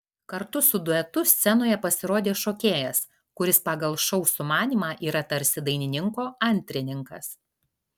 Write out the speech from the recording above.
kartu su duetu scenoje pasirodė šokėjas kuris pagal šou sumanymą yra tarsi dainininko antrininkas